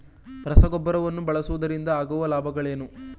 ರಸಗೊಬ್ಬರವನ್ನು ಬಳಸುವುದರಿಂದ ಆಗುವ ಲಾಭಗಳೇನು?